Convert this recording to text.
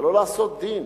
אבל לא לעשות דין.